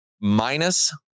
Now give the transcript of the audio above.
Minus